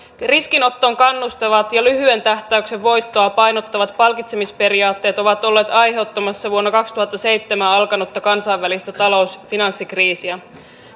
riskinottoon kannustavat ja lyhyen tähtäyksen voittoa painottavat palkitsemisperiaatteet ovat olleet aiheuttamassa vuonna kaksituhattaseitsemän alkanutta kansainvälistä talous finanssikriisiä